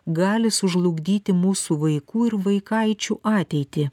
gali sužlugdyti mūsų vaikų ir vaikaičių ateitį